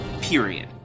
Period